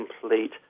complete